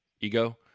Ego